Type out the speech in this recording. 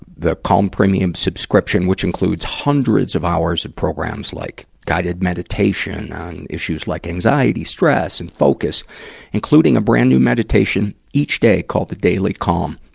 the calm premium subscription, which includes hundreds of hours of and programs like guided meditation on issues like anxiety, stress and focus including a brand new meditation each day called the daily calm.